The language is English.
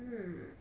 hmm